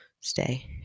stay